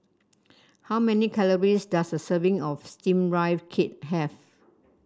how many calories does a serving of steamed Rice Cake have